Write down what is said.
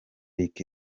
lick